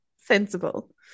sensible